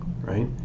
right